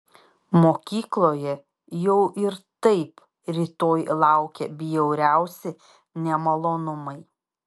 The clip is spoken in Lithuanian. mokykloje jau ir taip rytoj laukė bjauriausi nemalonumai